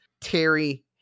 Terry